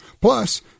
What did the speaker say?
Plus